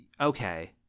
okay